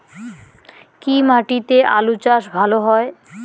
কি মাটিতে আলু চাষ ভালো হয়?